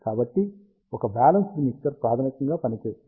కాబట్టి ఒక balanced mixer ప్రాథమికంగా పనిచేస్తుంది